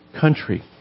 country